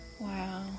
wow